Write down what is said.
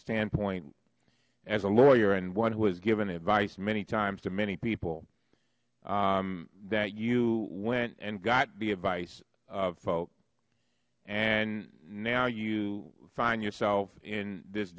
standpoint as a lawyer and one was given advice many times too many people that you went and got the advice of folk and now you find yourself in this